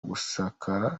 gusakara